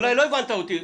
אולי לא הבנת אותי.